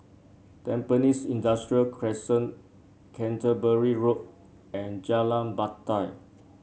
Tampines Industrial Crescent Canterbury Road and Jalan Batai